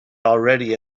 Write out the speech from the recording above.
already